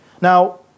Now